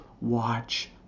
watch